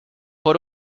por